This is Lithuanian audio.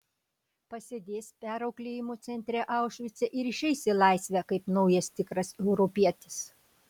pasėdės perauklėjimo centre aušvice ir išeis į laisvę kaip naujas tikras europietis